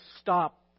stop